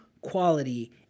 quality